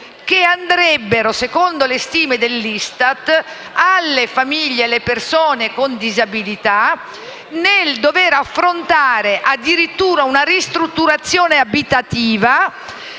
che andrebbero, secondo le stime dell'ISTAT, alle persone con disabilità, per affrontare addirittura una ristrutturazione abitativa